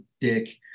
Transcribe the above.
dick